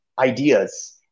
ideas